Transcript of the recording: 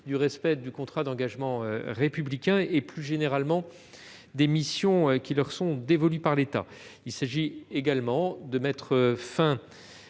du respect du contrat d'engagement républicain et, plus généralement, de l'accomplissement des missions qui leur sont dévolues par l'État. Il s'agit également de mettre fin